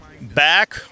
Back